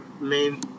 main